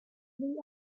economy